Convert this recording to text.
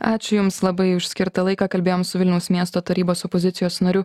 ačiū jums labai už skirtą laiką kalbėjom su vilniaus miesto tarybos opozicijos nariu